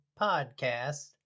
Podcast